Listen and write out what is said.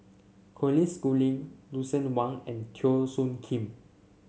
Colin Schooling Lucien Wang and Teo Soon Kim